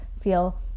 feel